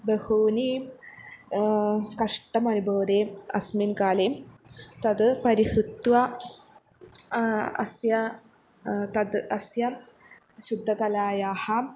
बहूनि कष्टमनुभवते अस्मिन् काले तद् परिहृत्य अस्य तद् अस्य शुद्धकलायाः